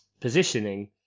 positioning